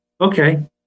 okay